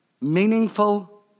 meaningful